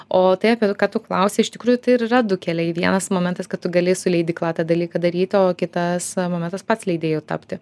o tai apie tu ką tu klausia iš tikrųjų tai yra du keliai vienas momentas kad tu gali su leidykla tą dalyką daryti o kitas momentas pats leidėju tapti